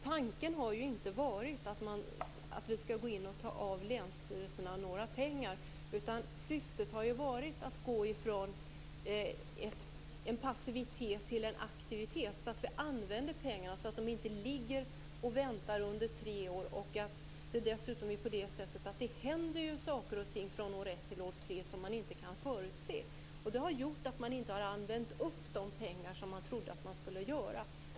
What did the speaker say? Tanken har inte varit att vi skall gå in och ta pengar från länsstyrelserna, utan syftet har varit att gå från en passivitet till en aktivitet. Vi vill använda pengarna så att de inte ligger och väntar under tre år. Dessutom händer det saker från år ett till år tre som man inte kan förutse. Det har gjort att man inte har gjort slut på de pengar man trodde att man skulle göra.